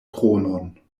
kronon